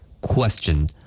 Question